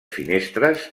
finestres